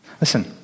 Listen